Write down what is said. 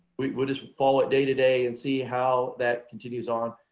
we just follow it day to day and see how that continues on.